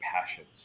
passions